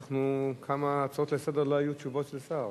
על כמה הצעות לסדר-היום לא היו תשובות של שר.